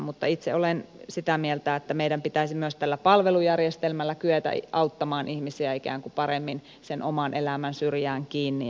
mutta itse olen sitä mieltä että meidän pitäisi myös tällä palvelujärjestelmällä kyetä auttamaan ihmisiä ikään kuin paremmin sen oman elämän syrjään kiinni